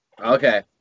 Okay